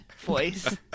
voice